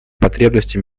потребностей